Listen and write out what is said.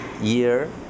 year